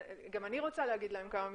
גם אני רוצה להגיד להם כמה משפטים.